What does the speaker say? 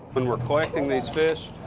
when we're collecting these fish,